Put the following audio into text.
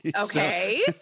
Okay